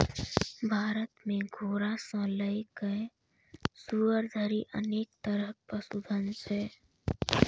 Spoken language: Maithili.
भारत मे घोड़ा सं लए कए सुअर धरि अनेक तरहक पशुधन छै